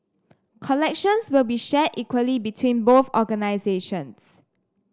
collections will be shared equally between both organisations